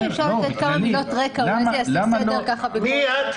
אני אשמח --- מי את?